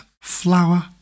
flower